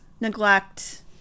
neglect